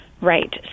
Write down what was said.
Right